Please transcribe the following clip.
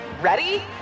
Ready